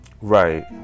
Right